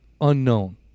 unknown